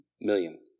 million